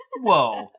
whoa